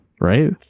right